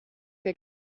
que